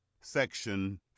section